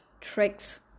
tricks